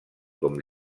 com